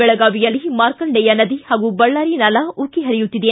ಬೆಳಗಾವಿಯಲ್ಲಿ ಮಾರ್ಕಂಡೇಯ ನದಿ ಹಾಗೂ ಬಳ್ಳಾರಿ ನಾಲಾ ಉಕ್ಕಿ ಹರಿಯುತ್ತಿದೆ